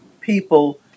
people